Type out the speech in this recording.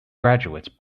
graduates